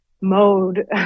mode